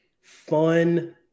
fun